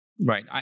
Right